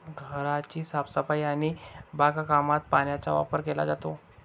घराची साफसफाई आणि बागकामात पाण्याचा वापर केला जातो